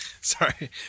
Sorry